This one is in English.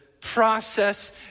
process